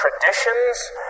traditions